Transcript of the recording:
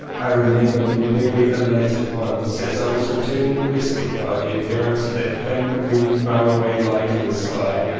i remember being very elated once as i was returning westward by the appearance of that faint green faraway light in the sky,